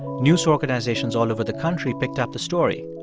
news organizations all over the country picked up the story.